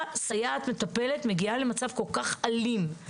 סייעת מטפלת מגיעה למצב כל כך אלים.